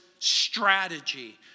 Strategy